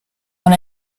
con